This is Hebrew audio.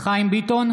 חיים ביטון,